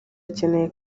akeneye